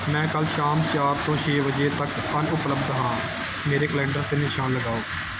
ਮੈਂ ਕੱਲ੍ਹ ਸ਼ਾਮ ਚਾਰ ਤੋਂ ਛੇ ਵਜੇ ਤੱਕ ਅਣਉਪਲਬਧ ਹਾਂ ਮੇਰੇ ਕੈਲੰਡਰ 'ਤੇ ਨਿਸ਼ਾਨ ਲਗਾਓ